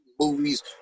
movies